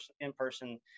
in-person